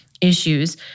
issues